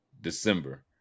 December